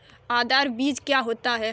आधार बीज क्या होता है?